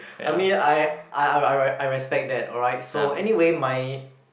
I mean I I I I respect that alright so anyway my